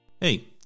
Hey